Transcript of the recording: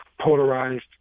polarized